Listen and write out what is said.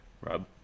rob